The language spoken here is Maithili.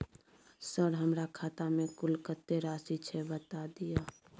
सर हमरा खाता में कुल कत्ते राशि छै बता दिय?